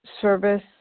service